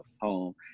home